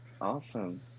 Awesome